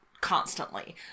constantly